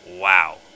wow